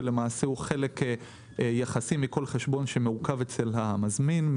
שהוא למעשה חלק יחסי מכל חשבון המעוכב אצל המזמין.